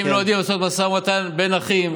אם לא יודעים לעשות משא ומתן בין אחים,